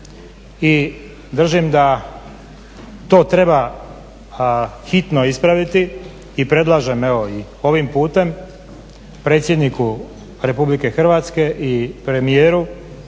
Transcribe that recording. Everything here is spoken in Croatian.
držim da to treba hitno ispraviti i predlažem evo i ovim putem predsjedniku Republike Hrvatske i premijeru